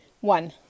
One